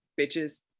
bitches